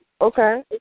Okay